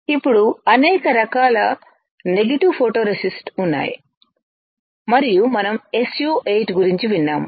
ఇప్పుడు అనేక రకాల నెగెటివ్ ఫోటోరేసిస్ట్ ఉన్నాయి మరియు మనం SU 8 గురించి విన్నాము